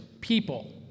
people